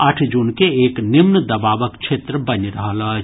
आठ जून के एक निम्न दबावक क्षेत्र बनि रहल अछि